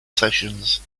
sessions